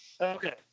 Okay